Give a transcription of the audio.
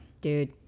Dude